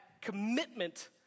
commitment